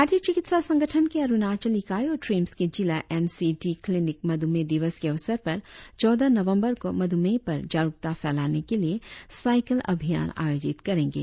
भारतीय चिकित्सा संगठन के अरुणाचल इकाई और ट्रीम्स के जिला एन सी डी क्लिनिक मधुमेह दिवस के अवसर पर चौदह नवंबर को मधुमेह पर जागरुकता फैलाने के लिए साईकिल अभियान आयोजित करेंगे